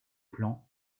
plan